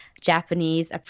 Japanese